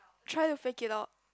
try to fake it out